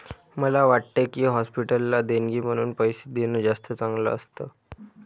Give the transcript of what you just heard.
मला वाटतं की, हॉस्पिटलला देणगी म्हणून पैसे देणं जास्त चांगलं असतं